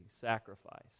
sacrifice